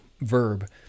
verb